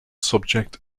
subject